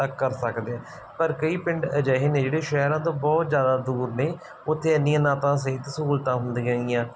ਕਰ ਸਕਦੇ ਹਾਂ ਪਰ ਕਈ ਪਿੰਡ ਅਜਿਹੇ ਨੇ ਜਿਹੜੇ ਸ਼ਹਿਰਾਂ ਤੋਂ ਬਹੁਤ ਜ਼ਿਆਦਾ ਦੂਰ ਨੇ ਉੱਥੇ ਇੰਨੀਆਂ ਨਾ ਤਾਂ ਸਿਹਤ ਸਹੂਲਤਾਂ ਹੁੰਦੀਆਂ ਹੈਗੀਆਂ